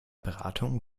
beratung